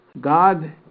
God